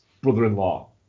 brother-in-law